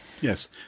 Yes